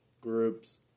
groups